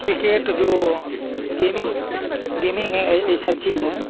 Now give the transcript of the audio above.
cricket जो gaming gaming है ऐसा चीज है